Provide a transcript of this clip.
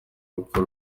rupfu